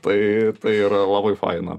tai tai yra labai faina